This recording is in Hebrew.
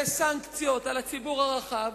וסנקציות על הציבור הרחב,